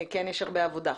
כן, יש הרבה עבודה.